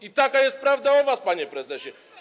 I taka jest prawda o was, panie prezesie.